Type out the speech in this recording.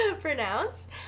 pronounced